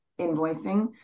invoicing